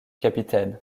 capitaine